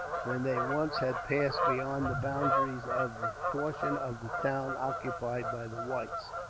when they once had passed beyond the boundaries of the portion of the town occupied by the whites.